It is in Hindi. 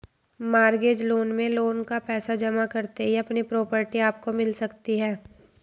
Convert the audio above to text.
मॉर्गेज लोन में लोन का पैसा जमा करते ही अपनी प्रॉपर्टी आपको मिल सकती है